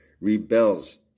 rebels